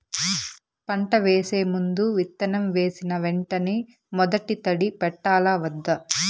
పంట వేసే ముందు, విత్తనం వేసిన వెంటనే మొదటి తడి పెట్టాలా వద్దా?